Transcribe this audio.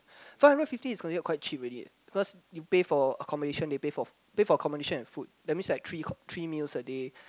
five hundred fifty is considered quite cheap already because you pay for accommodation they pay for pay for accommodation and food that means like three three meals a day